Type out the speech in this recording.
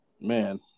Man